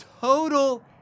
total